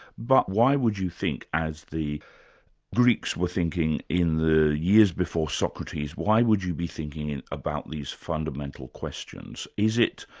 but why would you think, as the greeks were thinking in the years before socrates, why would you be thinking about these fundamental questions? is it,